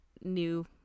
new